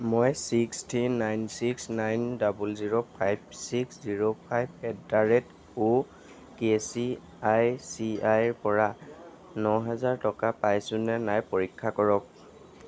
মই six three nine six nine double zero five six zero five at the rate okay C I C I ৰ পৰা ন হাজাৰ টকা পাইছোনে নাই পৰীক্ষা কৰক